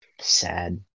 sad